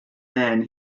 then